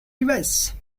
device